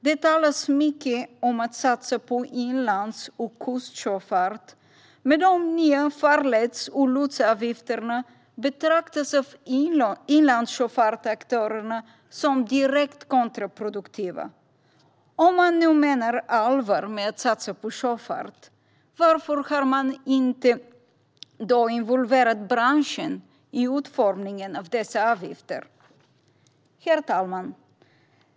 Det talas mycket om att satsa på inlands och kustsjöfart, men de nya farleds och lotsavgifterna betraktas av inlandssjöfartsaktörerna som direkt kontraproduktiva. Varför har man inte involverat branschen i utformningen av dessa avgifter om man nu menar allvar med att satsa på sjöfart? Herr talman!